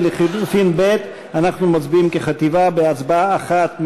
ולחלופין ב' אנחנו מצביעים כחטיבה בהצבעה אחת.